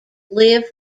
live